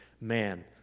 man